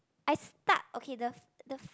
I start okay the the